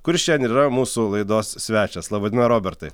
kuris šiandien ir yra mūsų laidos svečias laba diena robertai